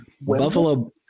Buffalo